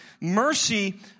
Mercy